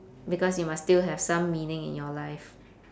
because you must still have some meaning in your life